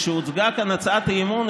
כשהוצגה כאן הצעת האי-אמון,